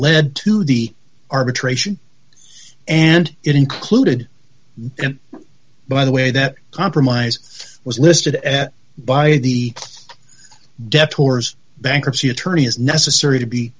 led to the arbitration and it included by the way that compromise was listed at by the dep torre's bankruptcy attorney is necessary to be